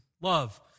Love